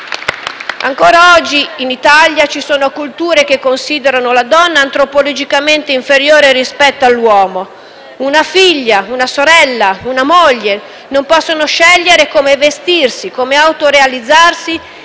Ancora oggi in Italia ci sono culture che considerano la donna antropologicamente inferiore rispetto all'uomo. Una figlia, una sorella e una moglie non possono scegliere come vestirsi, come autorealizzarsi,